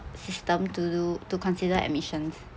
system to do to consider admissions